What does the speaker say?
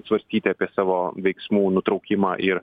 svarstyti apie savo veiksmų nutraukimą ir